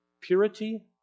purity